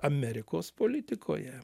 amerikos politikoje